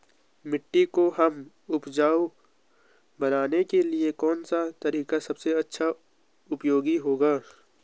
मिट्टी को हमें उपजाऊ बनाने के लिए कौन सा तरीका सबसे अच्छा उपयोगी होगा?